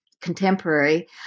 contemporary